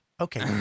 Okay